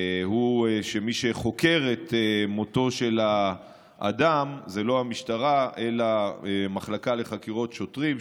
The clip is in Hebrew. הוא שמי שחוקר את מותו של האדם זה לא המשטרה אלא המחלקה לחקירות שוטרים,